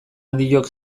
handiok